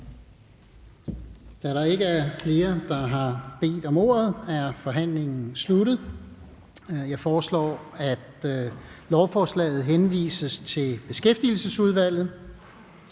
Da der ikke er flere, der har bedt om ordet, er forhandlingen sluttet. Jeg foreslår, at lovforslaget henvises til Børne- og Undervisningsudvalget.